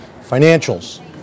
financials